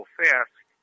fast